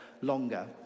longer